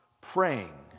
praying